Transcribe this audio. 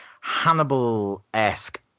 Hannibal-esque